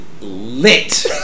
Lit